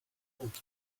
road